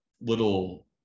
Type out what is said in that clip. little